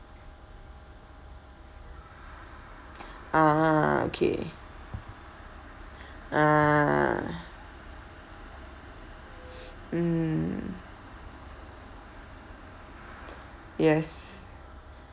ah okay ah mm yes